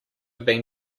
been